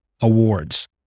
awards